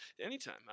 Anytime